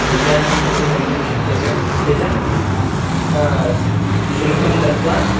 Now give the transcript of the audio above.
उद्यानं प्रति गन्तुं शक्यते अपि च शुल्कं दत्वा